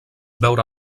veure